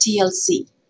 TLC